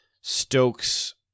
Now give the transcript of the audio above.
Stokes